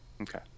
okay